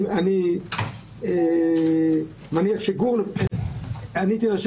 צריך להגיד לגבי משפט משווה כמה דברים: